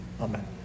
amen